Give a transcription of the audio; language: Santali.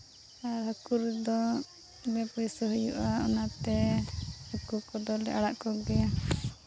ᱟᱨ ᱦᱟᱹᱠᱩ ᱨᱮᱫᱚ ᱤᱱᱟᱹ ᱯᱚᱭᱥᱟᱹ ᱦᱩᱭᱩᱜᱼᱟ ᱚᱱᱟ ᱛᱮ ᱦᱟᱹᱠᱩ ᱠᱚᱫᱚᱞᱮ ᱟᱲᱟᱜ ᱠᱚᱜᱮᱭᱟ